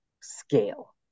scale